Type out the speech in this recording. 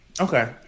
Okay